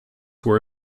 were